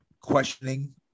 questioning